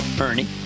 Ernie